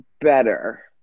better